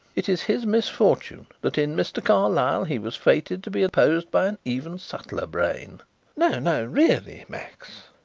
it is his misfortune that in mr. carlyle he was fated to be opposed by an even subtler brain no, no! really, max!